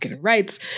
rights